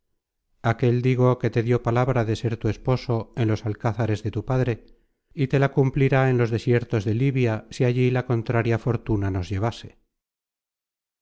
aquel digo que te dió palabra de ser tu esposo en los alcázares de su padre y te la cumplirá en los desiertos de livia si allí la contraria fortuna nos llevase